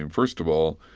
and first of all,